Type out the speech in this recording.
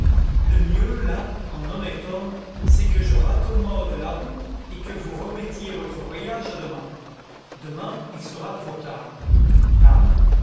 le mieux là en honnête homme c'est que je raccommode la roue et que vous remettiez votre voyage à demain demain il sera trop tard dame